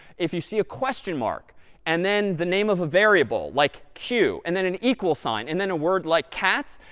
if you see a question mark and then the name of a variable like q and then an equal sign and then a word like cat,